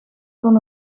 kon